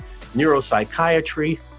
neuropsychiatry